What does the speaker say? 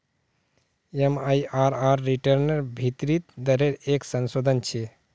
MIRR रिटर्नेर भीतरी दरेर एक संशोधन छे